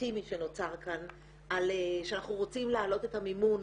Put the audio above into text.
האינטימי שנוצר כאן על זה שאנחנו רוצים להעלות את המימון